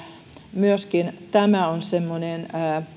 myöskin tämä on semmoinen